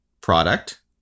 product